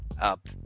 up